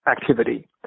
activity